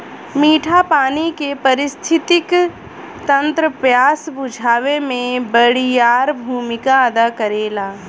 मीठा पानी के पारिस्थितिकी तंत्र प्यास बुझावे में बड़ियार भूमिका अदा करेला